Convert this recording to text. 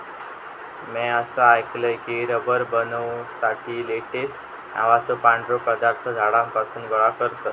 म्या असा ऐकलय की, रबर बनवुसाठी लेटेक्स नावाचो पांढरो पदार्थ झाडांपासून गोळा करतत